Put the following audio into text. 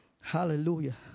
Hallelujah